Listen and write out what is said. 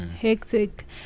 Hectic